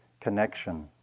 connection